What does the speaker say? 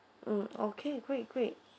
mm okay great great